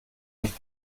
nicht